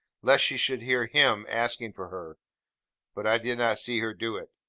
lest she should hear him asking for her but i did not see her do it.